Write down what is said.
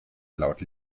laut